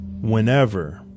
Whenever